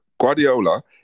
Guardiola